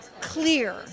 clear